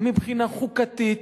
גם מבחינה חוקתית,